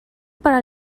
para